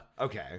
Okay